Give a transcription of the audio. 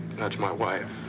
that's my wife.